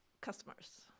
customers